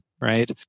right